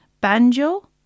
Banjo